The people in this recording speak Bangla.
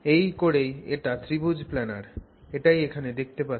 এই করেই এটা ত্রিভুজ প্ল্যানার এটাই এখানে দেখতে পাচ্ছ